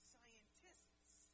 Scientists